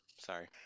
Sorry